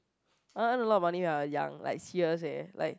I want earn a lot of money uh young like serious eh like